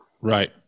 right